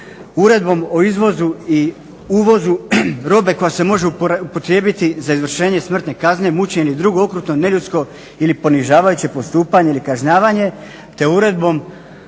uredbom o izvozu i uvozu robe koja se može upotrijebiti za izvršenje smrtne kazne, mučenje i drugo okrutno neljudsko ili ponižavajuće postupanje ili kažnjavanje te uredbom